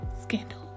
Scandal